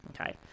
okay